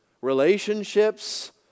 relationships